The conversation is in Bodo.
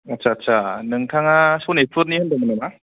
आत्सा आत्सा नोंथाङा सनिटपुर नि होनदोंमोन नामा